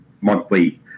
monthly